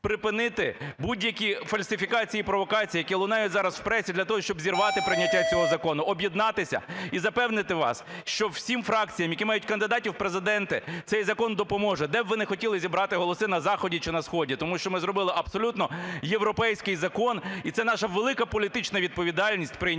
припинити будь-які фальсифікації і провокації, які лунають зараз в пресі для того, щоб зірвати прийняття цього закону, об'єднатися і запевнити вас, що всім фракціям, які мають кандидатів в Президенти, цей закон допоможе, де б ви не хотіли зібрати голоси – на заході чи на сході, тому що ми зробили абсолютно європейський закон, і це наша велика політична відповідальність прийняти